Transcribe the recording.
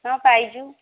ହଁ ପାଇଛୁ